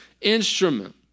instrument